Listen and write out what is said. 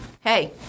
Hey